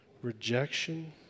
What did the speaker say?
Rejection